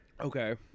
Okay